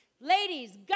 Ladies